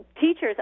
Teachers